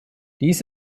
dies